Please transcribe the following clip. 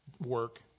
work